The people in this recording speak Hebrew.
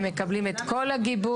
הם מקבלים את כל הגיבוי